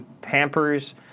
Pampers